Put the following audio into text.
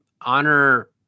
honor